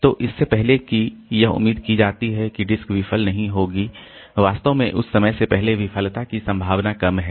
तो इससे पहले कि यह उम्मीद की जाती है कि डिस्क विफल नहीं होगी वास्तव में उस समय से पहले विफलता की संभावना कम है